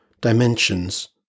dimensions